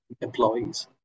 employees